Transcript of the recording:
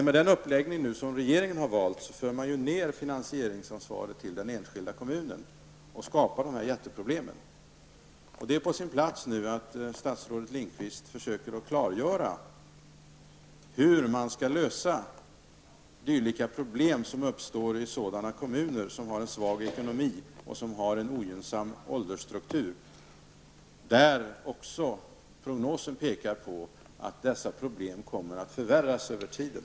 Med den uppläggning som regeringen valt för man med finansieringsansvaret på den enskilda kommunen och skapar dessa jätteproblem. Det är nu på sin plats att statsrådet Lindqvist försöker klargöra hur man skall lösa de problem som uppstår i kommuner med svag ekonomi och en ogynnsam åldersstruktur och där prognosen pekar på att dessa problem kommer att förvärras över tiden.